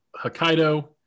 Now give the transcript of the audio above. Hokkaido